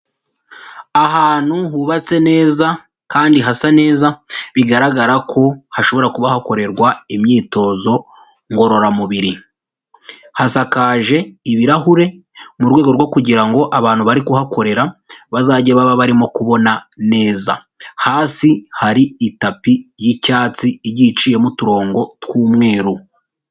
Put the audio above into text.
Ahantu hubatse neza kandi hasa neza bigaragara ko hashobora kuba hakorerwa imyitozo ngororamubiri, hasakaje ibirahure mu rwego rwo kugira ngo abantu bari kuhakorera bazajye baba barimo kubona neza, hasi hari itapi y'icyatsi igiye iciyemo uturongo tw'umweru.